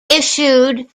issued